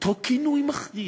אותו כינוי מחריד,